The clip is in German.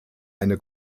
eine